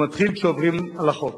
הוא מתחיל כשעוברים על החוק.